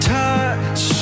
touch